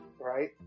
right